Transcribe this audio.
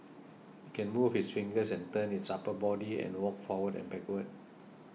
it can move its fingers and turn its upper body and walk forward and backward